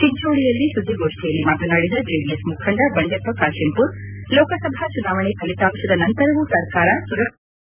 ಚಿಂಚೋಳಯಲ್ಲಿ ಸುದ್ದಿಗೋಷ್ಠಿಯಲ್ಲಿ ಮಾತನಾಡಿದ ಚೆಡಿಎಸ್ ಮುಖಂಡ ಬಂಡೆಪ್ಪ ಕಾಶೆಂಪೂರ್ ಲೋಕಸಭಾ ಚುನಾವಣೆ ಫಲಿತಾಂಶದ ನಂತರವೂ ಸರ್ಕಾರ ಸುರಕ್ಷಿತವಾಗಿರಲಿದೆ